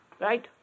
Right